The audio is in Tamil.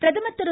பிரதமர் திரு